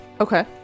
Okay